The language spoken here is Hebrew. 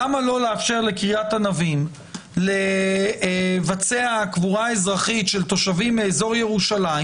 למה לא לאפשר לקריית ענבים לבצע קבורה אזרחית של תושבים מאזור ירושלים,